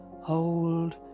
Hold